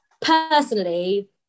personally